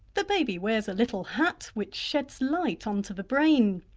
the baby wears a little hat which sheds light onto the brain.